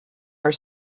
are